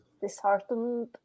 disheartened